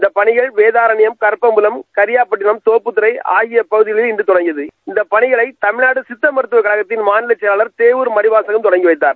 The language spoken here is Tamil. இந்த பனிகள் வேதான்யம் கருப்பங்குளம் கீறியாப்பட்டனம் கோப்புத்துறை ஆகிய பகுகிகளில் இன்று தொடங்கியது இந்த பணிகளை தமிழ்நாடு சிக்க மருத்தவக் ஆகத்தின் மாநில செயலாளர் கிரு சேவூர் மணிவாசகம் தொடங்கி வைத்தார்